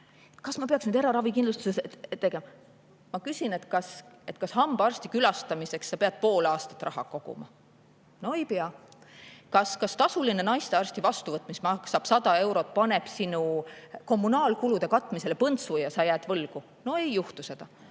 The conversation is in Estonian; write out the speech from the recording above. kas ma peaks nüüd eraravikindlustuse tegema?" Ma küsin, et kas hambaarsti külastamiseks ta peab pool aastat raha koguma. No ei pea. Kas tasuline naistearsti vastuvõtt, mis maksab 100 eurot, paneb tema kommunaalkulude katmisele põntsu ja ta jääb võlgu? No ei juhtu seda.